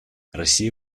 россия